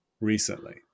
recently